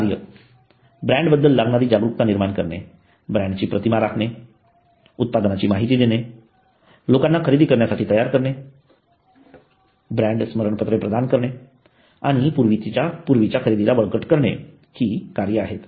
कार्य ब्रँड बद्दल लागणारी जागरूकता निर्माण करणे ब्रँडची प्रतिमा राखणे उत्पादनाची माहिती देणे लोकांना खरेदी करण्यासाठी तयार करणे ब्रँड स्मरणपत्रे प्रदान करणे आणि पूर्वीच्या खरेदीला बळकट करणे ही कार्ये आहेत